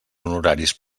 honoraris